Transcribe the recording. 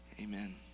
Amen